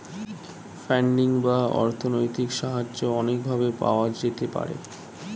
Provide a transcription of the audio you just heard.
funding বা অর্থনৈতিক সাহায্য অনেক ভাবে পাওয়া যেতে পারে